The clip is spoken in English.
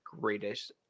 greatest